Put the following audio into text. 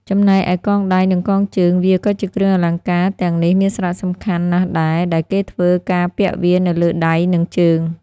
ចំណែកឯកងដៃនិងកងជើងវាក៏គ្រឿងអលង្ការទាំងនេះមានសារៈសំខាន់ណាស់ដែរ ដែលគេធ្វើការពាក់វានៅលើដៃ និងជើង។